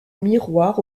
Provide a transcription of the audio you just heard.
miroirs